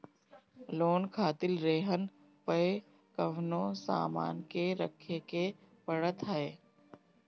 loan खातिर रेहन पअ कवनो सामान के रखे के पड़त हअ